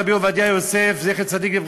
רבי עובדיה יוסף זצ"ל,